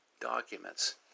documents